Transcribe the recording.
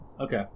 Okay